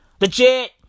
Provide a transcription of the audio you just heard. Legit